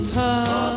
time